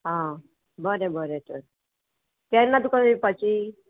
आ बरें बरें तर केन्ना तुका दिवपाची